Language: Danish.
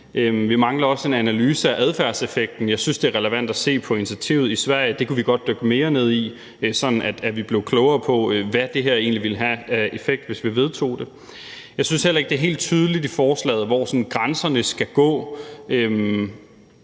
Vi mangler også en analyse af adfærdseffekten. Jeg synes, det er relevant at så på initiativet i Sverige, det kan vi godt dykke mere ned i, sådan at vi blev klogere på, hvad det her egentlig vil have af effekt, hvis vi vedtog det. Jeg synes heller ikke, det er helt tydeligt i forslaget, hvor grænserne sådan skal gå.